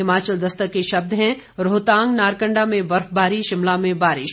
हिमाचल दस्तक के शब्द हैं रोहतांग नारकंडा में बर्फबारी शिमला में बारिश